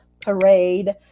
parade